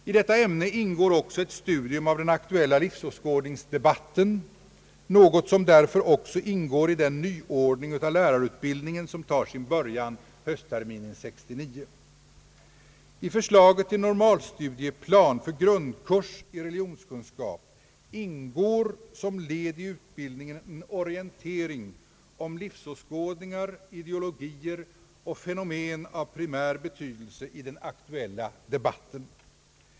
I detta ämne ingår också ett studium av den aktuella — livsåskådningsdebatten, något som därför också ingår i den nyordning av lärarutbildningen som tar sin början höstterminen 1969. I förslaget till normalstudieplan för grundkurs i religionskunskap ingår som led i utbildningen en orientering om livsåskådningar, ideologier och fenomen av primär betydelse i den aktuella debatten.